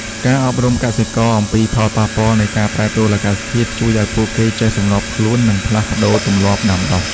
ការអប់រំកសិករអំពីផលប៉ះពាល់នៃការប្រែប្រួលអាកាសធាតុ ជួយឱ្យពួកគេចេះសម្របខ្លួន និងផ្លាស់ប្តូរទម្លាប់ដាំដុះ។